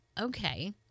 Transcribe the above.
Okay